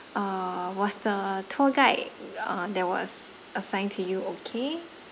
uh was the tour guide uh that was assigned to you okay